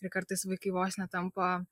ir kartais vaikai vos netampa